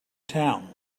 town